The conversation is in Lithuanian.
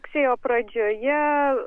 rugsėjo pradžioje